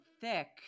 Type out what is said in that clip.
thick